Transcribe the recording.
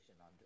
on